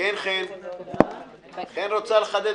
חן פליישר רוצה לחדד.